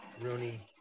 Rooney